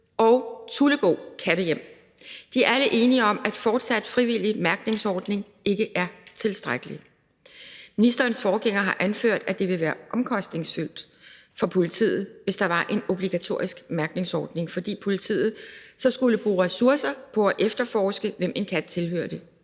og Tullebo Kattehjem. De er alle enige om, at en fortsat frivillig mærkningsordning ikke er tilstrækkelig. Ministerens forgænger har anført, at det ville være omkostningsfyldt for politiet, hvis der var en obligatorisk mærkningsordning, fordi politiet så skulle bruge ressourcer på at efterforske, hvem en kat tilhørte.